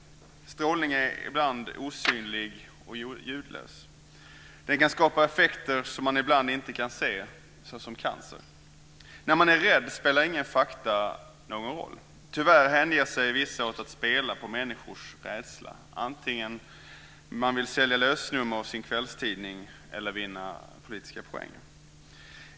Strålning är ibland osynlig och ljudlös. Den kan skapa effekter som man ibland inte kan se, såsom cancer. När man är rädd spelar inga fakta någon roll. Tyvärr hänger sig vissa åt att spela på människors rädsla - antingen man vill sälja lösnummer av sin kvällstidning eller vinna politiska poäng.